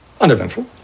Uneventful